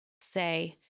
say